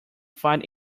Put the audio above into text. find